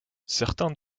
certains